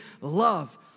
love